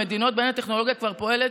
ממדינות שבהן הטכנולוגיה כבר פועלת,